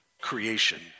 creation